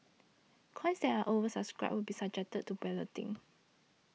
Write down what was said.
coins that are oversubscribed will be subjected to balloting